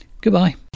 goodbye